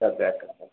सगळ्यात